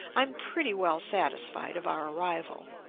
i am pretty well satisfied of our arrival.